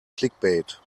clickbait